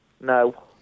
No